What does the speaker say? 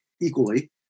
equally